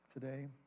today